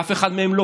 ואף אחד מהם לא